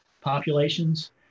populations